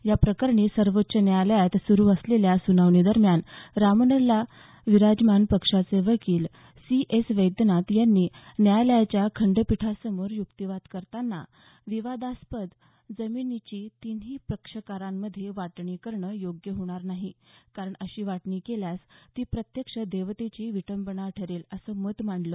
या प्रकरणी सर्वोच्च न्यायालयात सुरू असलेल्या सुनावणी दरम्यान रामलला विराजमान पक्षाचे वकील सी एस वैद्यनाथन यांनी न्यायालयाच्या घटनापीठासमोर युक्तिवाद करताना विवादास्पद जमिनीची तिन्ही पक्षकारांमध्ये वाटणी करणं योग्य होणार नाही कारण अशी वाटणी केल्यास ती प्रत्यक्ष देवतेची विटंबना ठरेल असं मत मांडलं